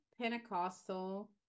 Pentecostal